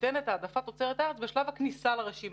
ניתנת העדפת תוצרת הארץ בשלב הכניסה לרשימה.